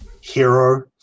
hero